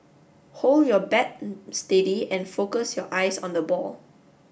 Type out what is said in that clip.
hold your bat steady and focus your eyes on the ball